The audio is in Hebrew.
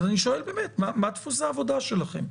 אז אני שואל מה דפוס העבודה שלכם?